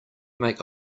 make